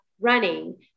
running